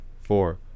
four